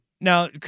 now